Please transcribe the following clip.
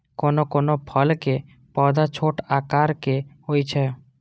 कोनो कोनो फलक पौधा छोट आकार के होइ छै